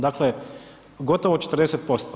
Dakle gotovo 40%